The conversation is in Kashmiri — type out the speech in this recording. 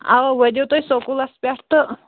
اوا وٲتیو تُہۍ سکوٗلس پٮ۪ٹھ تہٕ